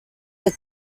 the